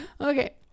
okay